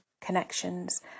connections